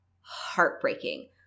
heartbreaking